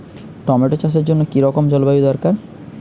Tomato চাষের জন্য কি রকম জলবায়ু দরকার?